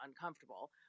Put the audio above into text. uncomfortable